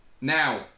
now